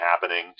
happening